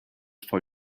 for